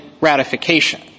ratification